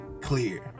clear